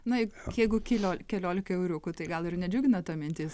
na jeigu kilio keliolika euriukų tai gal ir nedžiugina ta mintis